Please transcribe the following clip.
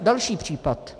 Další případ.